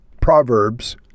Proverbs